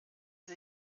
sie